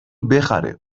بخره